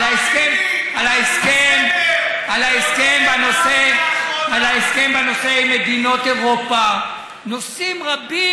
על ההסכם בנושא עם מדינות אירופה, נושאים רבים